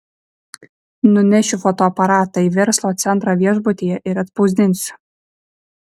nunešiu fotoaparatą į verslo centrą viešbutyje ir atspausdinsiu